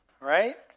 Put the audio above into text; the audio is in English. right